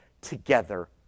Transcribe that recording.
together